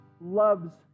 loves